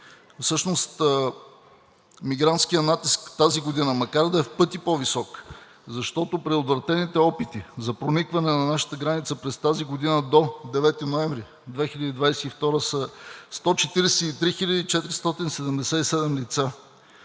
Всъщност мигрантският натиск макар да е в пъти по висок, защото предотвратените опити за проникване на нашата граница през тази година до 9 ноември 2022 г. са 143 477 лица,